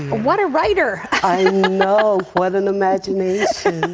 what a writer! i know. what an imagination. and